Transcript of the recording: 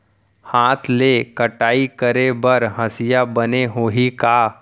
हाथ ले कटाई करे बर हसिया बने होही का?